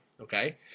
okay